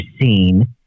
seen